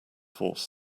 force